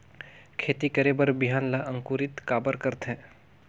खेती करे बर बिहान ला अंकुरित काबर करथे?